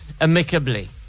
amicably